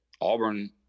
Auburn